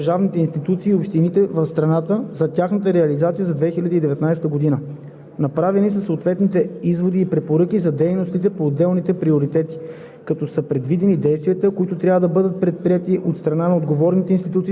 В Доклада е представена структурирана и изчерпателна информация за резултатите по всички основни приоритети и предприетите мерки и дейности от държавните институции и общините в страната за тяхната реализация за 2019 г.